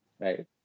right